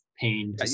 pain